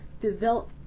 develop